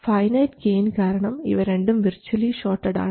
finite gain കാരണം ഇവ രണ്ടും വിർച്ച്വലി ഷോർട്ടഡ് ആണ്